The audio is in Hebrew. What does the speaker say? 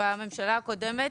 בממשלה הקודמת.